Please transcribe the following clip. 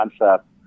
concept